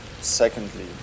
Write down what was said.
secondly